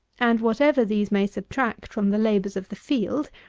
and, whatever these may subtract from the labours of the field,